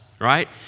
right